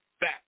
back